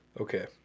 Okay